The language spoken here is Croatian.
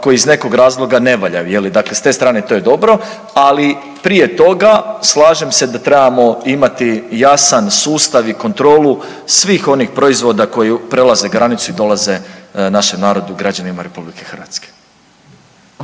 koji iz nekog razloga ne valjaju. Je li? Dakle s te strane to je dobro. Ali prije toga slažem se da trebamo imati jasan sustav i kontrolu svih onih proizvoda koji prelaze granicu i dolaze na našem narodu, građanima Republike Hrvatske.